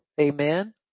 Amen